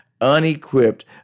unequipped